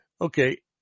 Okay